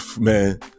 Man